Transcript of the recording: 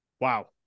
Wow